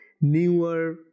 newer